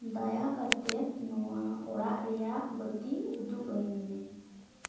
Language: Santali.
ᱫᱟᱭᱟ ᱠᱟᱛᱮᱜ ᱱᱚᱣᱟ ᱚᱲᱟᱜ ᱨᱮᱭᱟᱜ ᱵᱟ ᱛᱤ ᱩᱫᱩᱜ ᱟᱹᱧ ᱢᱮ